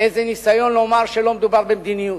איזה ניסיון לומר שלא מדובר במדיניות.